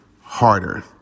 Harder